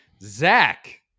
Zach